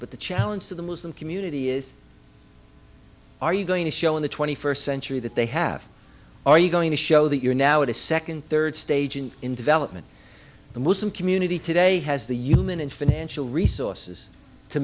but the challenge to the muslim community is are you going to show in the twenty first century that they have are you going to show that you're now at a second third stage and in development the muslim community today has the human and financial resources to